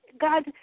God